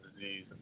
disease